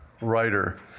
writer